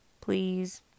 please